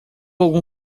algum